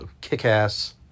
Kick-Ass